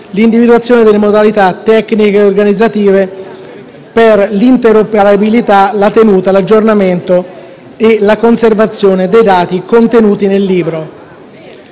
l'individuazione delle modalità tecniche e organizzative per l'interoperabilità, la tenuta, l'aggiornamento e la conservazione dei dati contenuti nel libro.